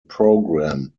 program